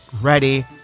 ready